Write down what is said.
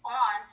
on